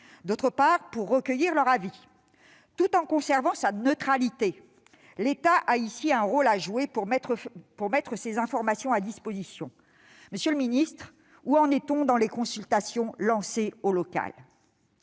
nécessaire de recueillir leur avis. Tout en conservant sa neutralité, l'État a ici un rôle à jouer pour mettre ces informations à disposition. Monsieur le ministre, où en est-on dans les consultations lancées à l'échelon